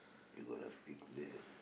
you got to pick there